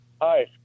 Hi